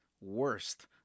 worst